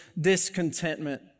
discontentment